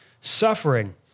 suffering